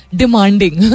demanding